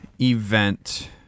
event